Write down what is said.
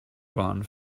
bahn